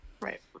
Right